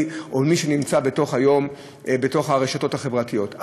או אצל מי שנמצא היום ברשתות החברתיות,